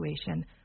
situation